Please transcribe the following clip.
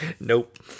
Nope